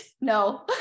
No